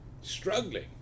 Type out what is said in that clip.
struggling